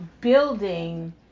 building